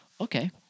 Okay